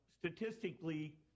statistically